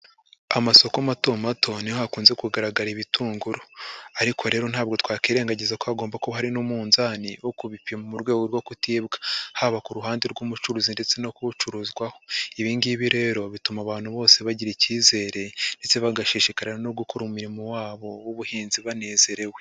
Amasoko mato mato, ni ho hakunze kugaragara ibitunguru. Ariko rero ntabwo twakwirengagiza ko hagomba kuba hari n'umunzani wo kubipima mu rwego rwo kutibwa. Haba ku ruhande rw'umucuruzi ndetse no k'ucuruzwaho. Ibi ngibi rero bituma abantu bose bagira icyizere, ndetse bagashishikarira no gukora umurimo wabo w'ubuhinzi banezerewe.